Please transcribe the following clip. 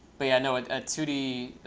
but, yeah i know a two d